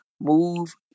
move